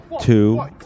two